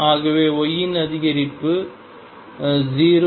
ஆகவே y இன் அதிகரிப்பு 0